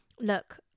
look